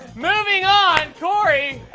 moving on, cory.